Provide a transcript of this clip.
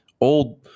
old